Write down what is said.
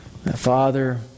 Father